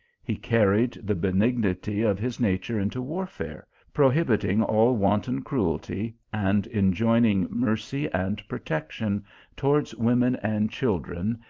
he carried the benignity of his nature into warfare, prohibiting all wanton cruelty, and enjoining mercy and protection towards women and children,